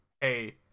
hey